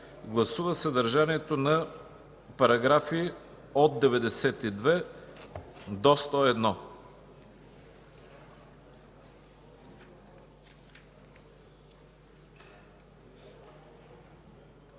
гласуваме съдържанието на параграфи от 92 до 101.